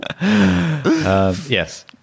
Yes